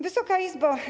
Wysoka Izbo!